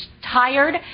Tired